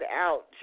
out